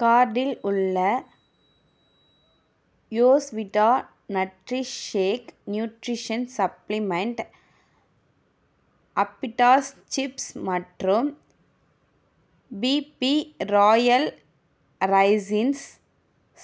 கார்டில் உள்ள யோஸ்விட்டா நட்ரிக்ஷேக் நியூட்ரிஷன் சப்ளிமெண்ட் அப்பிட்டாஸ் சிப்ஸ் மற்றும் பிபி ராயல் ரைசின்ஸ்